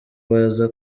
baza